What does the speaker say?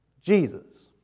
Jesus